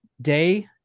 day